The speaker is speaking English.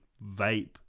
vape